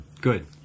Good